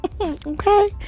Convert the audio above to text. Okay